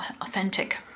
authentic